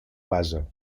basa